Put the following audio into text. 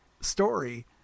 story